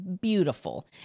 beautiful